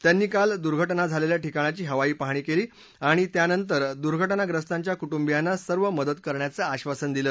त्यांनी काल दुर्घटना झालेल्या ठिकाणाची हवाई पाहणी केली आणि त्यानंतर दुर्घटनाग्रस्तांच्या कुटुंबियांना सर्व मदत करण्याचं आशासन दिलं